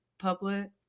Public